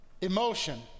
Emotion